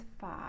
five